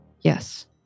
yes